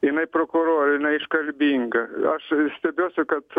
jinai prokurorė iškalbinga aš stebiuosi kad